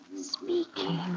speaking